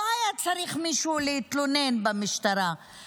לא היה צריך מישהו להתלונן במשטרה,